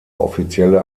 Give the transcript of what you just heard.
offizielle